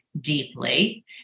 deeply